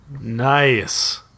Nice